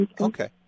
Okay